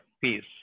peace